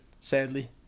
sadly